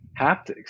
haptics